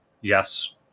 Yes